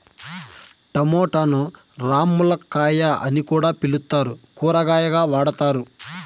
టమోటాను రామ్ములక్కాయ అని కూడా పిలుత్తారు, కూరగాయగా వాడతారు